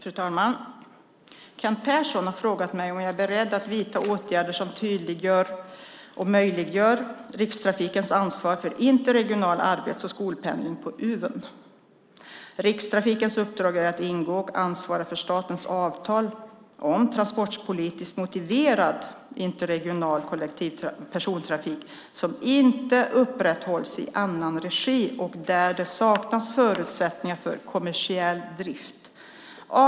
Fru talman! Kent Persson har frågat mig om jag är beredd att vidta åtgärder som tydliggör och möjliggör Rikstrafikens ansvar för interregional arbets och skolpendling på Uven. Rikstrafikens uppdrag är att ingå och ansvara för statens avtal om transportpolitiskt motiverad interregional kollektiv persontrafik som inte upprätthålls i annan regi och där det saknas förutsättningar för kommersiell drift.